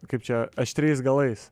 kaip čia aštriais galais